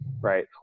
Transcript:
right